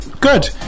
Good